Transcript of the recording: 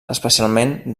especialment